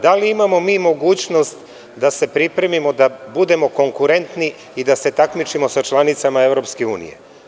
Da li imamo mi mogućnost da se pripremimo da budemo konkurentni i da se takmičimo sa članicama EU?